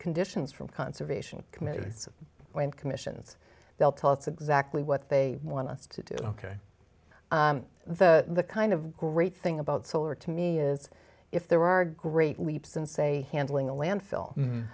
conditions from conservation committees when commissions they'll tell us exactly what they want us to do ok the kind of great thing about solar to me is if there were great leaps in say handling a landfill